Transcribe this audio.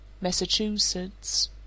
Massachusetts